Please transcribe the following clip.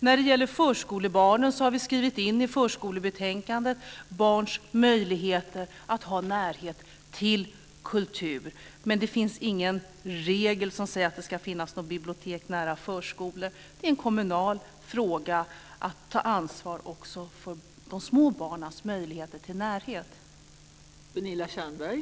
När det gäller förskolebarnen har vi i förskolebetänkandet skrivit om barns möjligheter att ha närhet till kultur. Men det finns ingen regel som säger att det ska finnas någon bibliotek nära förskolorna. Det är en kommunal fråga att ta ansvar också för de små barnens möjligheter i fråga om detta.